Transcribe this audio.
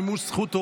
23,